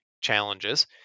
challenges